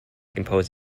composed